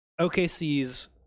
OKC's